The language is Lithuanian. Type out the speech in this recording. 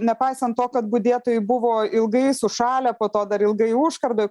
nepaisant to kad budėtojai buvo ilgai sušalę po to dar ilgai užkardoj